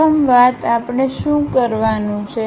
પ્રથમ વાત આપણે શું કરવાનું છે